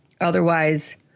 Otherwise